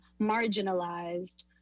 marginalized